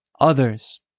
others